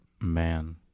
Man